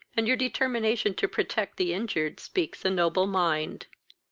and your determination to protect the injured speaks a noble mind.